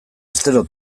astero